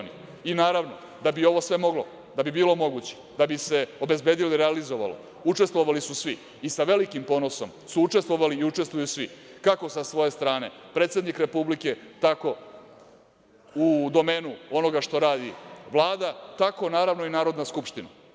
Naravno, da bi sve bilo moguće, da bi se obezbedilo i realizovalo, učestvovali su svi i sa velikim ponosom su učestvovali i učestvuju svi, kako sa svoje strane predsednik Republike, tako u domenu onoga što radi Vlada, tako naravno i Narodna skupština.